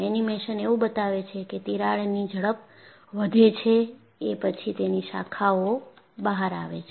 animation એવું બતાવે છે કે તિરાડની ઝડપ વધે છે એ પછી તેની શાખાઓ બહાર આવે છે